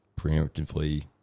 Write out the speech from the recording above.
preemptively